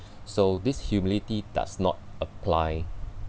so this humility does not apply